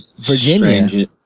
Virginia